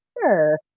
Sure